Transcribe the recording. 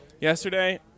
Yesterday